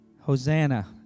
Hosanna